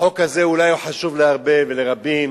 החוק הזה אולי חשוב להרבה ולרבים